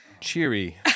Cheery